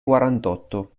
quarantotto